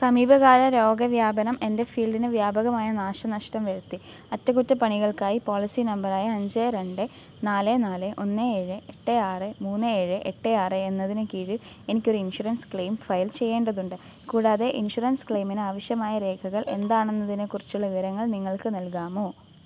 സമീപകാല രോഗവ്യാപനം എന്റെ ഫീൽഡിന് വ്യാപകമായ നാശനഷ്ടം വരുത്തി അറ്റകുറ്റപ്പണികൾക്കായി പോളിസി നമ്പർ ആയ അഞ്ച് രണ്ട് നാല് നാല് ഒന്ന് ഏഴ് എട്ട് ആറ് മൂന്ന് ഏഴ് എട്ട് ആറ് എന്നതിന് കീഴിൽ എനിക്ക് ഒരു ഇൻഷുറൻസ് ക്ലെയിം ഫയൽ ചെയ്യേണ്ടതുണ്ട് കൂടാതെ ഇൻഷുറൻസ് ക്ലെയിമിന് ആവശ്യമായ രേഖകൾ എന്താണെന്നതിനെക്കുറിച്ചുള്ള വിവരങ്ങൾ നിങ്ങൾക്ക് നൽകാമോ